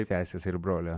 sesės ir brolio